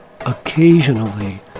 Occasionally